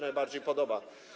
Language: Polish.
najbardziej podoba.